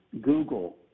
Google